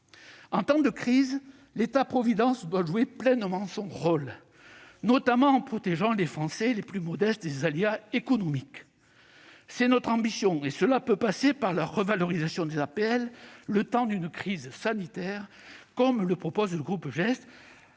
En temps de crise, l'État-providence doit jouer pleinement son rôle, ... Il l'a joué !... notamment en protégeant les Français les plus modestes des aléas économiques. C'est notre ambition, et cela peut passer par la revalorisation des APL le temps d'une crise sanitaire, comme le propose le groupe GEST,